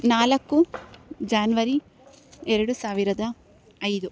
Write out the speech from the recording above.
ನಾಲ್ಕು ಜಾನ್ವರಿ ಎರಡು ಸಾವಿರದ ಐದು